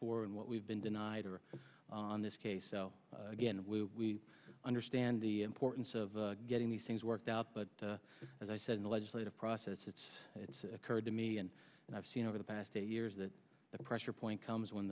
for and what we've been denied are on this case so again we understand the importance of getting these things worked out but as i said in the legislative process it's it's occurred to me and i've seen over the past eight years that pressure point comes when